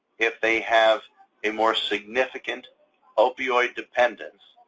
if they have a more significant opioid dependence,